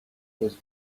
was